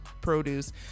produce